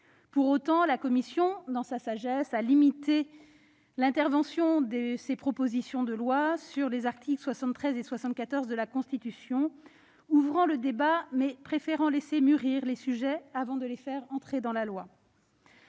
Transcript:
Pour autant, dans sa sagesse, la commission a limité l'intervention de ces propositions de loi sur les articles 73 et 74 de la Constitution, ouvrant le débat, mais préférant laisser mûrir les sujets avant de les faire entrer dans la loi.